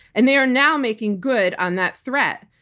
and they are now making good on that threat.